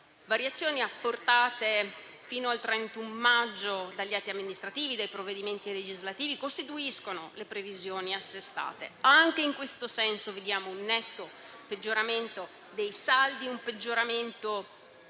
variazioni apportate fino al 31 maggio dagli atti amministrativi dei provvedimenti legislativi, costituiscono le previsioni assestate. Anche in questo senso vediamo un netto peggioramento dei saldi: un peggioramento